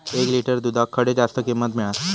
एक लिटर दूधाक खडे जास्त किंमत मिळात?